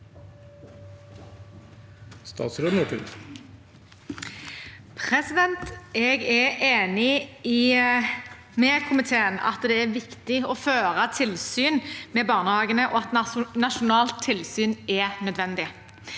Jeg er enig med komiteen i at det er viktig å føre tilsyn med barnehagene, og at nasjonalt tilsyn er nødvendig.